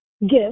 gift